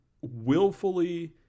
willfully